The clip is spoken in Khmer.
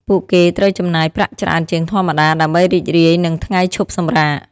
ពួកគេត្រូវចំណាយប្រាក់ច្រើនជាងធម្មតា ដើម្បីរីករាយនឹងថ្ងៃឈប់សម្រាក។